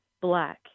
Black